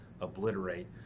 obliterate